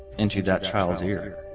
into that child's ear